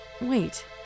Wait